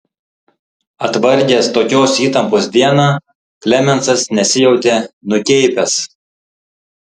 atvargęs tokios įtampos dieną klemensas nesijautė nukeipęs